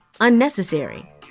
unnecessary